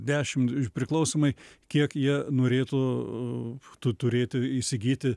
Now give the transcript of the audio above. dešim priklausomai kiek jie norėtų tu turėti įsigyti